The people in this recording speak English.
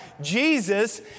Jesus